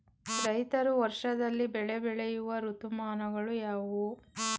ರೈತರು ವರ್ಷದಲ್ಲಿ ಬೆಳೆ ಬೆಳೆಯುವ ಋತುಮಾನಗಳು ಯಾವುವು?